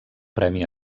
premi